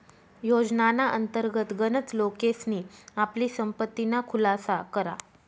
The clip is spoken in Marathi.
योजनाना अंतर्गत गनच लोकेसनी आपली संपत्तीना खुलासा करा